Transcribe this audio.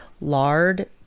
lard